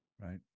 Right